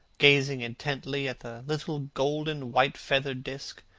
gazing intently at the little golden, white-feathered disk,